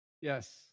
Yes